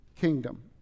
kingdom